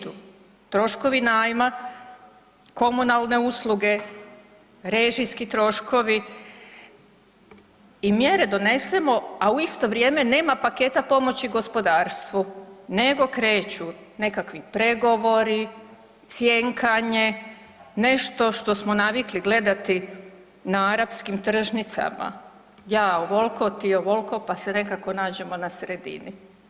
Troškovi najma, komunalne usluge, režijski troškovi i mjere donesemo, a u isto vrijeme nema paketa pomoći gospodarstvu, nego kreću nekakvi pregovori, cjenkanje, nešto što smo navikli gledati na arapskim tržnicama – ja ovoliko, ti ovoliko pa se nekako nađemo na sredini.